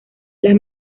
las